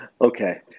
Okay